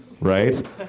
right